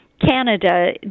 Canada